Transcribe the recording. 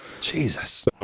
jesus